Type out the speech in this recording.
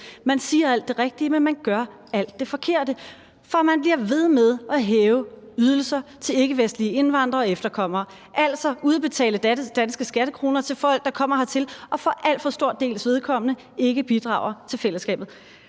Man siger alt det rigtige, men man gør alt det forkerte, for man bliver ved med at hæve ydelser til ikkevestlige indvandrere og efterkommere, altså udbetale danske skattekroner til folk, der kommer hertil og for en alt for stor dels vedkommende ikke bidrager til fællesskabet.